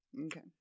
Okay